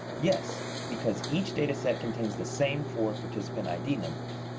yes, because each data set contains the same four participant id numbers.